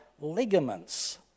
ligaments